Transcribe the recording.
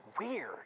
weird